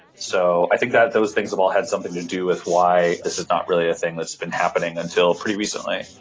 so i think those things have all had something to do with why this is not really a thing that's been happening until pretty recently.